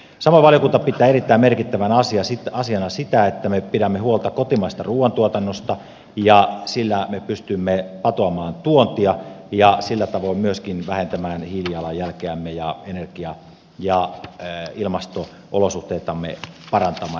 samoin valiokunta pitää erittäin merkittävänä asiana sitä että me pidämme huolta kotimaisesta ruuantuotannosta ja sillä me pystymme patoamaan tuontia ja sillä tavoin myöskin vähentämään hiilijalanjälkeämme ja energia ja ilmasto olosuhteitamme parantamaan